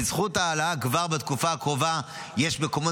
בזכות ההעלאה כבר בתקופה הקרובה יש מקומות